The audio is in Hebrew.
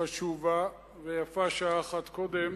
חשובה, ויפה שעה אחת קודם